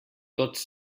tots